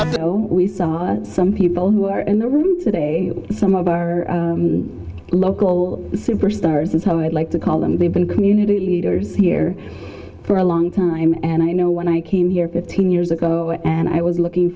so we saw some people who are in the room today some of our local superstars and how i'd like to call them they've been community leaders here for a long time and i know when i came here fifteen years ago and i was looking